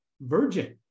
virgin